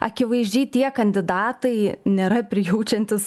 akivaizdžiai tie kandidatai nėra prijaučiantys